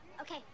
Okay